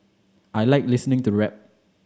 I like listening to rap